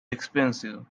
expensive